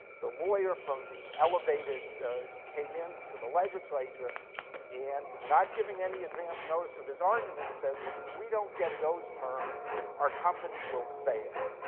the lawyer from the elevated came in to the legislature and not giving any advanced notice of his arguments said if we don't get those terms our company will fail.